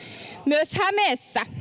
myös hämeessä